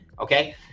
okay